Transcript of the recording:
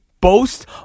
boast